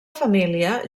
família